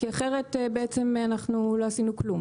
כי אחרת לא עשינו כלום.